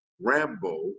Rambo